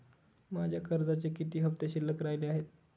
माझ्या कर्जाचे किती हफ्ते शिल्लक राहिले आहेत?